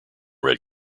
red